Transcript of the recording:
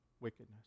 wickedness